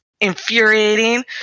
infuriating